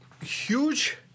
huge